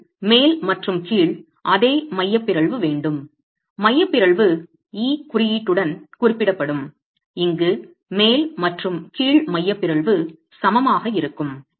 நமக்கு மேல் மற்றும் கீழ் அதே மைய பிறழ்வு வேண்டும் மைய பிறழ்வு e குறியீட்டுடன் குறிப்பிடப்படும் இங்கு மேல் மற்றும் கீழ் மைய பிறழ்வு சமமாக இருக்கும்